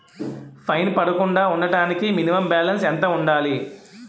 Fine పడకుండా ఉండటానికి minimum balance ఎంత ఉండాలి?